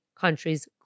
countries